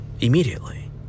immediately